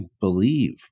believe